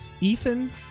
Ethan